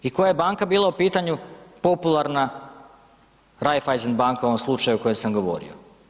I koja je banka bila u pitanju popularna, Raiffeisen banka u ovom slučaju o kojem sam govorio.